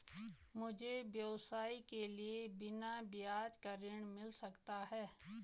मुझे व्यवसाय के लिए बिना ब्याज का ऋण मिल सकता है?